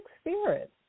spirit